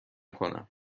کنم